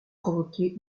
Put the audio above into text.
provoquer